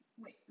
Wait